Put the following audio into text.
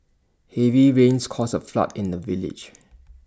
heavy rains caused A flood in the village